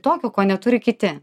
tokio ko neturi kiti